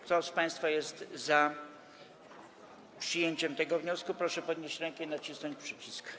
Kto z państwa jest za przyjęciem tego wniosku, proszę podnieść rękę i nacisnąć przycisk.